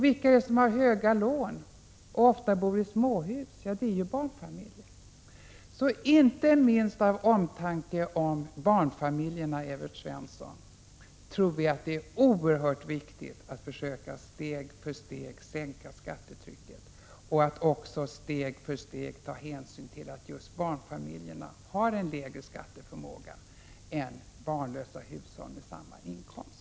Vilka är det som har höga lån och ofta bor i småhus? Det är barnfamiljerna. Inte minst av omtanke om barnfamiljerna, Evert Svensson, tror vi att det är oerhört viktigt att försöka stegvis sänka skattetrycket och att också ta hänsyn till att just barnfamiljerna har en lägre skatteförmåga än barnlösa hushåll med samma inkomst.